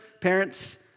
Parents